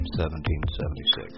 1776